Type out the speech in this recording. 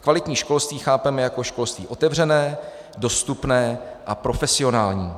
Kvalitní školství chápeme jako školství otevřené, dostupné a profesionální.